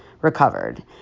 recovered